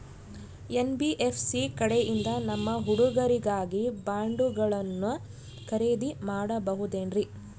NBFC ಕಡೆಯಿಂದ ನಮ್ಮ ಹುಡುಗರಿಗಾಗಿ ಬಾಂಡುಗಳನ್ನ ಖರೇದಿ ಮಾಡಬಹುದೇನ್ರಿ?